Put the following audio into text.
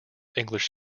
english